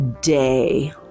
day